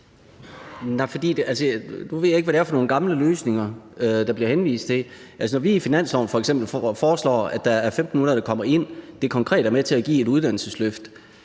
Nu ved jeg ikke, hvad det er for nogle gamle løsninger, der bliver henvist til. Vi foreslår f.eks. i vores finanslovsforslag, at 1.500 skal hentes ind, hvilket konkret er med til at give et uddannelsesløft.